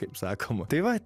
kaip sakoma tai va